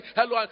Hello